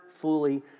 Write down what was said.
fully